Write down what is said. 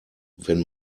wenn